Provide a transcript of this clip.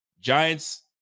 Giants